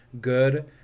good